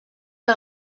que